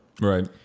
right